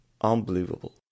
unbelievable